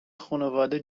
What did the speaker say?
خونواده